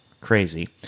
crazy